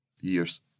years